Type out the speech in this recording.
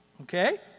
okay